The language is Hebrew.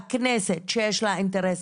הכנסת שיש לה אינטרס,